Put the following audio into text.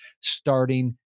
starting